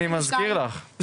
אני מזכיר לך,